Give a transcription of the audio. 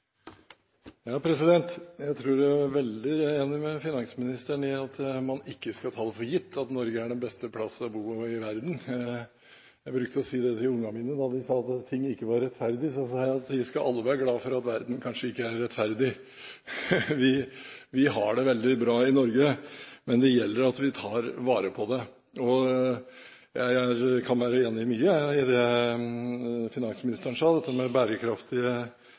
Jeg er veldig enig med finansministeren i at vi ikke skal ta det for gitt at Norge er det beste stedet i verden å bo. Jeg pleide å si til barna mine når ting ikke var rettferdig, at vi skal alle være glade for at verden kanskje ikke er rettferdig. Vi har det veldig bra i Norge, men det gjelder at vi tar vare på det. Jeg kan være enig i mye av det finansministeren sa om bærekraftige statsfinanser, at vi har orden på pensjonsfondet, at vi har det inntektspolitiske samarbeidet, og at vi har en frontfagmodell. Alt dette